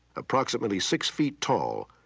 approximately six feet tall,